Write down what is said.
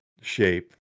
shape